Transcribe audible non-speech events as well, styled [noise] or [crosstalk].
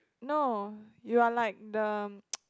no you are like the [noise]